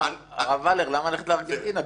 הרב ולר, למה ללכת לארגנטינה?